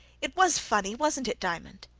it was funny wasn't it, diamond?